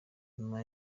nyuma